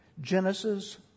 Genesis